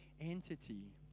entity